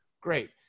great